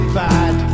bad